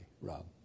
Rob